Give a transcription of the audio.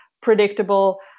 predictable